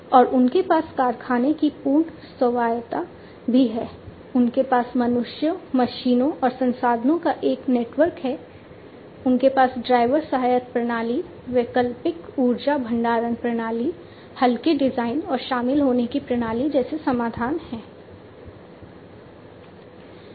और उनके पास कारखाने की पूर्ण स्वायत्तता भी है उनके पास मनुष्यों मशीनों और संसाधनों का एक नेटवर्क है उनके पास ड्राइवर सहायता प्रणाली वैकल्पिक ऊर्जा भंडारण प्रणाली हल्के डिजाइन और शामिल होने की प्रणाली जैसे समाधान हैं